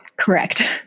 Correct